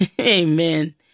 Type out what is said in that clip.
Amen